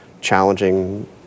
challenging